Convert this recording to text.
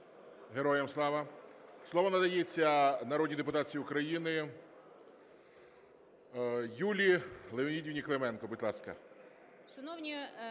Героям Слава! Слово надається народній депутатці України Юлії Леонідівні Клименко. Будь ласка.